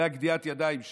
זו גדיעת הידיים שלו.